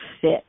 fit